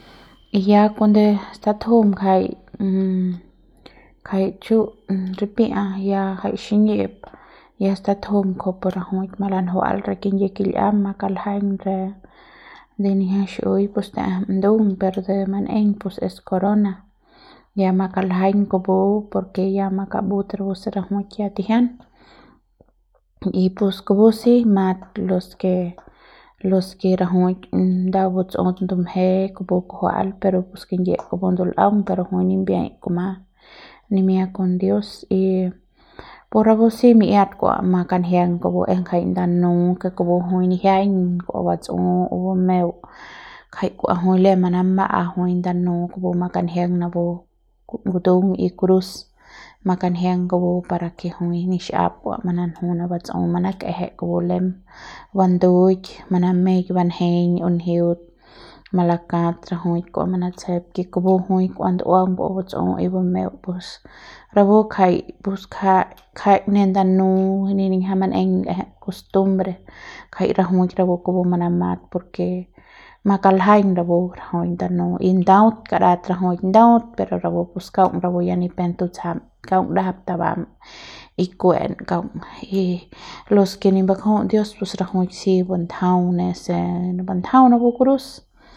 y ya kuande statjum ngjai ngjai chu ripia ya jai xiñi'ip ya statjum kujupu rajuik malanjual re kingyiep kil'iam makaljaiñ re ne niñja xi'iui pus ta'ejem ndung per de man'eiñ pus es corona ya makaljaiñ kupu por ke ya makambut rapu se ya tijian y pus kupu si mat los ke los ke rajuik nda batsut ndumje kupu kujua'al pero pus kupu kingyiep ndul'aung pero jui nimbiaiñ kuma nimia kon dios y pus rapu si mi'iat kua makanjiang kupu es ngjai ndanu ke kupu jui nijiaiñ kua batsu o bumeu jai kua jui lem manama'a jui ndanu kupu kua kuma kanjiang napu ngundung y cruz makanjiang kupu par ke jui nixap kua jui mananju ne batsu manak'eje kupu lem banduik manameik banjeiñ o njiut malakat rajuik kua manatsjep ke kupu kua ndu'uaung kua batsu y bumeu pus rapu jai pus ngjai ngjai ne ndanu ne niñja man'eiñ l'eje costumbre ngjai rajuik rapu kupu manamat por ke makaljaiñ rapu rajui ndanu y nda'aut karat rajuik nda'aut pero rapu pus kaung rapu ya ni pe tutsjam kaung ndajap tabam y ku'uem kaung y los ke ni mbakju'uts dios pus rajuik si bandjau ne se bandjau napu cruz.